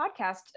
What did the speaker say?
podcast